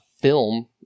film